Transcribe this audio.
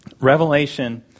Revelation